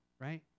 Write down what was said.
Right